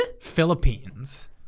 Philippines